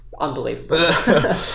unbelievable